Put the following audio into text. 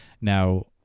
Now